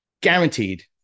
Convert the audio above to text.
guaranteed